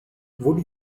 would